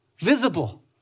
Visible